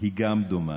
היא גם דומעת.